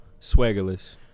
swaggerless